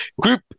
Group